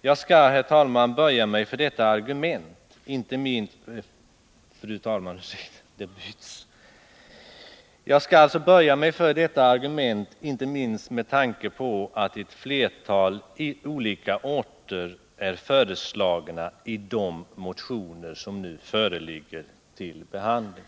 Jag skall böja mig för detta argument, inte minst med tanke på att ett flertal olika orter är föreslagna i de motioner som nu föreligger till behandling.